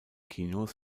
kinos